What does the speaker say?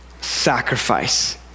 sacrifice